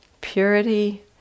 Purity